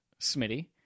Smitty